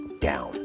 down